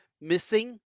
missing